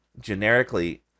generically